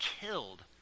killed